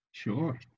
Sure